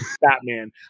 Batman